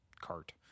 cart